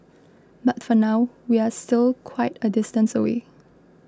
but for now we're still quite a distance away